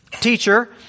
Teacher